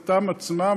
בפרנסה שלהם,